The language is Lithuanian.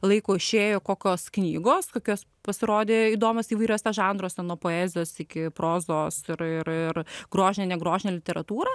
laiko išėjo kokios knygos kokios pasirodė įdomios įvairiuose žanruose nuo poezijos iki prozos ir ir ir grožinė negrožinė literatūra